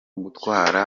gutwara